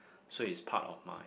so it's part of my